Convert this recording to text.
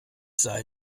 sei